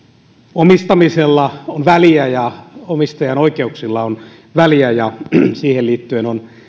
omistamisella on väliä ja omistajan oikeuksilla on väliä ja siihen liittyen on